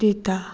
दिता